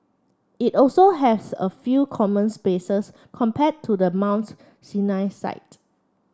it also have a fewer common spaces compared to the Mounts Sinai site